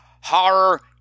horror